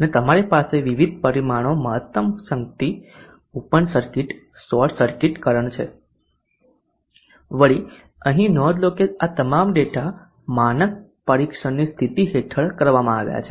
અને તમારી પાસે વિવિધ પરિમાણો મહત્તમ શક્તિ open circuit short circuit current છે વળી અહીં નોંધ લો કે આ તમામ ડેટા માનક પરીક્ષણની સ્થિતિ હેઠળ કરવામાં આવ્યા છે